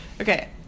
okay